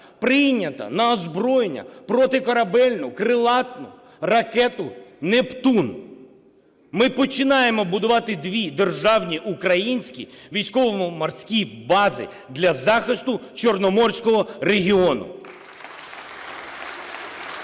Прийнято на озброєння протикорабельну крилату ракету "Нептун". Ми починаємо будувати дві державні українські військово-морські бази для захисту Чорноморського регіону.